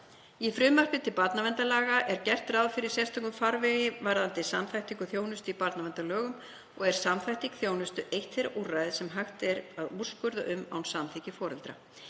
Í frumvarpi til barnaverndarlaga er gert ráð fyrir sérstökum farvegi varðandi samþættingu þjónustu í barnaverndarlögum og er samþætting þjónustu eitt þeirra úrræða sem hægt er að úrskurða um án samþykkis foreldra.